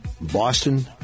Boston